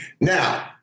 Now